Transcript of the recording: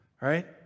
Right